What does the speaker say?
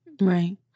Right